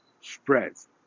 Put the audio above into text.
spreads